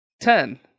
ten